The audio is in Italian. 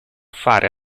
fare